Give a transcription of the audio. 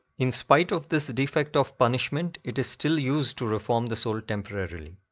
in spite of this defect of punishment, it is still used to reform the soul temporarily.